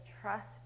Trust